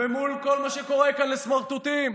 ומול כל מה שקורה כאן, לסמרטוטים.